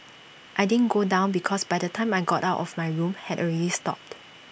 I didn't go down because by the time I got out of my room had already stopped